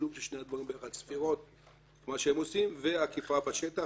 בשילוב של שני הדברים ביחד: ספירות כמו שהם עושים ואכיפה בשטח,